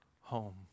home